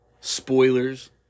spoilers